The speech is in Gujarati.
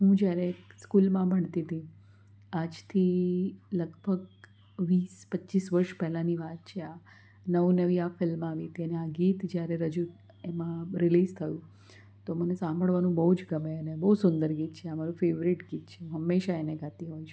હું જ્યારે એક સ્કૂલમાં ભણતી તી આજથી લગભગ વીસ પચીસ વર્સ પહેલાંની વાત છે આ નવું નવી આ ફિલ્મ આવી હતી અને આ ગીત જ્યારે રજૂ એમાં રીલીઝ થયું તો મને સાંભળવાનું બહુ જ ગમે અને બહુ સુંદર ગીત છે આ મારું ફેવરેટ ગીત છે હું હંમેશા એને ગાતી હોઉં છું